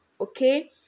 okay